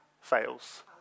fails